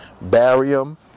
barium